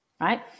right